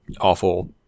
awful